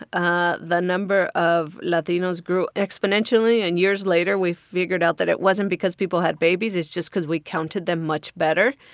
ah the number of latinos grew exponentially. and years later, we figured out that it wasn't because people had babies. it's just cause we counted them much better.